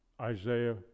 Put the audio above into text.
Isaiah